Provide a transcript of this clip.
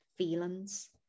feelings